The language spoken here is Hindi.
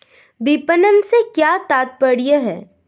विपणन से क्या तात्पर्य है?